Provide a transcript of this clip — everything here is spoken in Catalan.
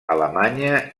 alemanya